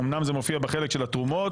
נניח שנשנה את התקשי"ר,